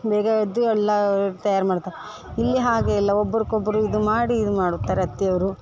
ಬೇಗ ಎದ್ದು ಎಲ್ಲ ತಯಾರು ಮಾಡ್ತಾರ ಇಲ್ಲಿ ಹಾಗೆ ಅಲ್ಲ ಒಬ್ರಗೊಬ್ರು ಇದು ಮಾಡಿ ಇದು ಮಾಡುತ್ತಾರ ಅತ್ತೆ ಅವರು